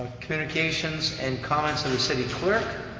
communications and comments of the city clerk.